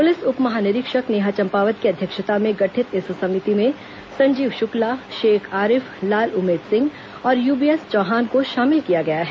police उप महानिरीक्षक नेहा चम्पावत की अध्यक्षता में गठित इस समिति में संजीव शुक्ला शेख आरिफ लाल उमेंद सिंह और यूबीएस चौहान को शामिल किया गया है